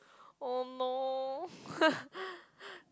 oh no